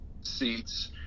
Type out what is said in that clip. seats